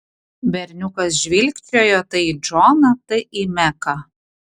berniukas žvilgčiojo tai į džoną tai į meką